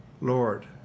lord